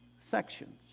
sections